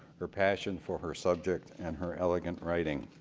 her passion for her subject, and her elegant writing.